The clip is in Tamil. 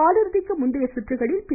காலிறுதிக்கு முந்தைய சுற்றில் பி